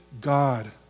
God